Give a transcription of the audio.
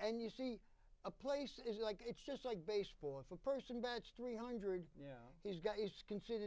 and you see a place is like it's just like baseball if a person bats three hundred dollars yeah he's got it's considered